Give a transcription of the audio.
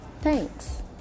thanks